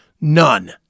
none